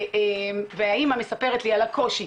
והאימא מספרת לי על הקושי,